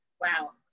wow